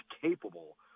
capable